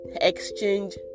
exchange